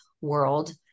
world